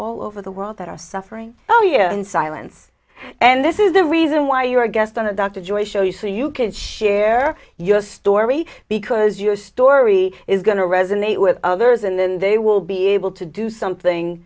all over the world that are suffering oh you're in silence and this is the reason why you're a guest on a dr joy show you so you could share your story because your story is going to resonate with others and then they will be able to do something